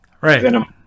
Right